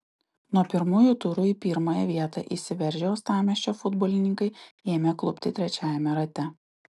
nuo pirmųjų turų į pirmąją vietą išsiveržę uostamiesčio futbolininkai ėmė klupti trečiajame rate